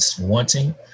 wanting